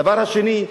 הדבר השני,